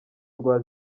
rwa